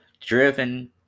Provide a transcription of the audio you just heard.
driven